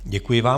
Děkuji vám.